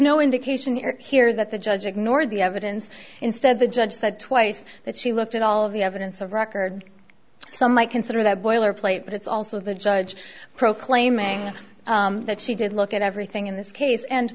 no indication in here that the judge ignored the evidence instead the judge that twice that she looked at all of the evidence of record so i might consider that boiler but it's also the judge proclaiming that she did look at everything in this case and